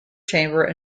chamber